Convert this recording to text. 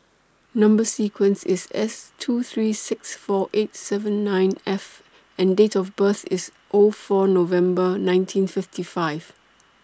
Number sequence IS S two three six four eight seven nine F and Date of birth IS O four November nineteen fifty five